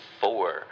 four